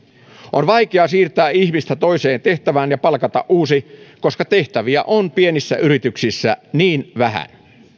on vaikea siirtää ihmistä toiseen tehtävään ja palkata uusi koska tehtäviä on pienissä yrityksissä niin vähän